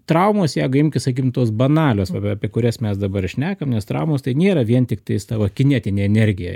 traumos jeigu imkis sakykim tos banalios va be apie kurias mes dabar ir šnekamės traumos tai nėra vien tiktais tavo kinetinė energija